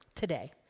today